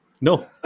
No